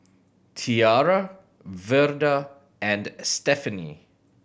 Tiarra Verda and Stephenie